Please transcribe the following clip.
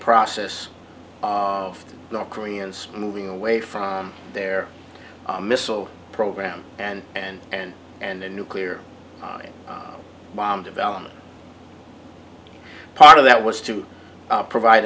process of north koreans moving away from their missile program and and and and the nuclear bomb development part of that was to provide